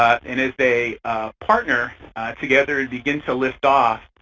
and as they partner together and begin to lift off,